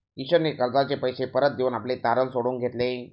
किशनने कर्जाचे पैसे परत देऊन आपले तारण सोडवून घेतले